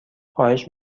خواهش